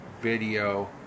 video